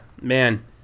Man